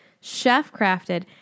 chef-crafted